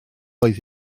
oedd